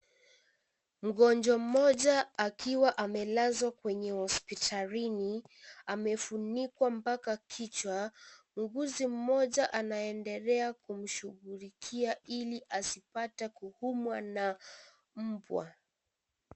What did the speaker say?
Mgonjwa mmoja akiwa amelazwa kwenye hospitalini amefunikwa mpaka kichwa. Mwuguzi mmoja anaendelea kumshughulikia ili asipate kuumwa na mbwa.